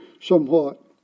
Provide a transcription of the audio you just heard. somewhat